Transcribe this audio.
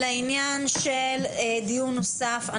לעניין של דיון נוסף.